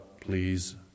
please